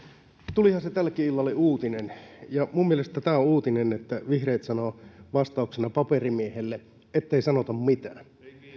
tulihan se tällekin illalle uutinen minun mielestäni tämä uutinen että vihreät sanovat vastauksena paperimiehelle ettei sanota mitään